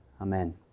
Amen